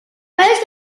most